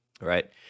right